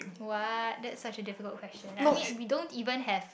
!wah! that such a difficult question I mean we don't even have